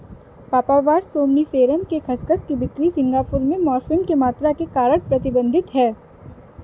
papaver somniferum के खसखस की बिक्री सिंगापुर में मॉर्फिन की मात्रा के कारण प्रतिबंधित है